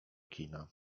kina